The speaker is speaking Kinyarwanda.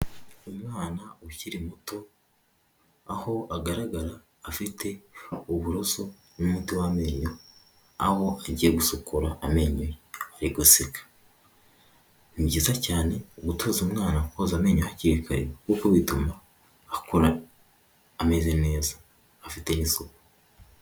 Uyu mwana ukiri muto aho agaragara afite uburoso n'umuti w'amenyo aho agiye gusukura amenyo ari guseka, ni byiza cyane gutoza umwana koza amenyo hakiri kare kuko bituma akura ameze neza afite n'isuku.